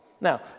Now